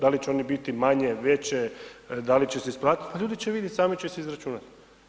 Da li će oni biti manje, veće, da li će se isplatiti, pa ljudi će vidjeti, sami će se izračunati.